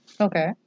Okay